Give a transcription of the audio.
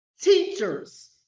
teachers